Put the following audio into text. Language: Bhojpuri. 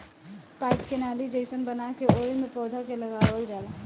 पाईप के नाली जइसन बना के ओइमे पौधा के लगावल जाला